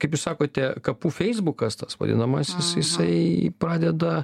kaip jūs sakote kapų feisbukas tas vadinamasis jisai pradeda